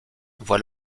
voit